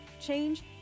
change